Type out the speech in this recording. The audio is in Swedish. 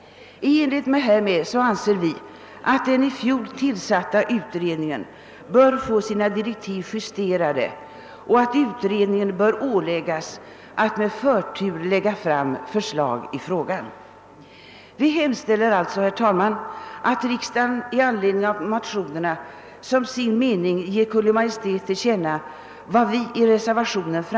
I enlighet härmed anser vi att den i fjol tillsatta utredningen bör få sina direktiv justerade och att utredningen bör åläggas att med förtur lägga fram förslag i frågan. Vi hemställer alltså, herr talman, att riksdagen med anledning av motionerna som sin mening ger Kungl. Maj:t till känna vad vi framfört i reservationen.